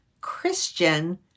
Christian